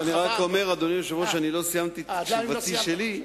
לא סיימתי את תשובתי שלי,